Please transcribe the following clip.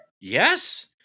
Yes